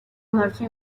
marchó